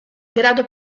grado